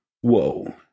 Whoa